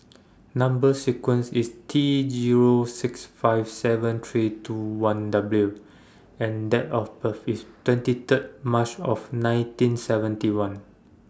Number sequence IS T Zero six five seven three two one W and Date of birth IS twenty Third March of nineteen seventy one